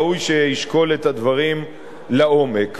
ראוי שישקול את הדברים לעומק.